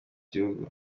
gihugu